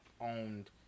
owned